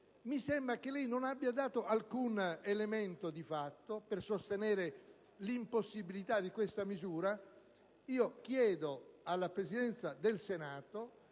mi sembra che lei non abbia dato alcun elemento di fatto per sostenere l'impossibilità di tale misura. Chiedo alla Presidenza del Senato